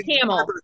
camel